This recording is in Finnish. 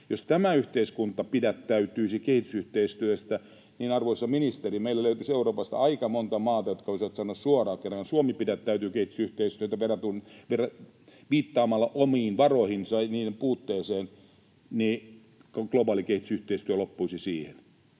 Jos tämä yhteiskunta pidättäytyisi kehitysyhteistyöstä, arvoisa ministeri, meillä löytyisi Euroopasta aika monta maata, jotka voisivat sanoa suoraan, että kun kerran Suomikin pidättäytyy kehitysyhteistyöstä viittaamalla omiin varoihinsa ja niiden puutteeseen, ja globaali kehitysyhteistyö loppuisi siihen.